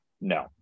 No